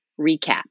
Recap